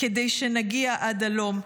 כדי שנגיע עד הלום,